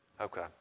Okay